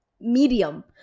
medium